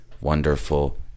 wonderful